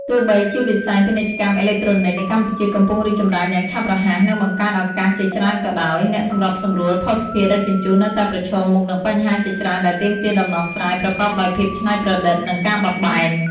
ទោះបីជាវិស័យ ពាណិជ្ជកម្មអេឡិចត្រូនិក នៅកម្ពុជាកំពុងរីកចម្រើនយ៉ាងឆាប់រហ័ស និងបង្កើតឱកាសជាច្រើនក៏ដោយ អ្នកសម្របសម្រួលភស្តុភារដឹកជញ្ជូននៅតែប្រឈមមុខនឹងបញ្ហាជាច្រើនដែលទាមទារដំណោះស្រាយប្រកបដោយភាពច្នៃប្រឌិត និងការបត់បែន។